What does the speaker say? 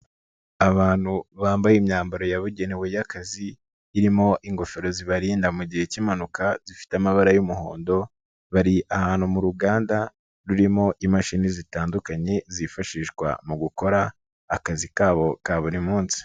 Abantu bambaye imyambaro yabugenewe y'akazi irimo ingofero zibarinda mu gihe k'impanuka zifite amabara y'umuhondo, bari ahantu mu ruganda rurimo imashini zitandukanye zifashishwa mu gukora akazi kabo ka buri munsi.